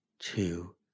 two